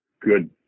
good